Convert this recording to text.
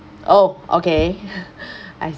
oh okay I